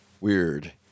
weird